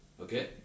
Okay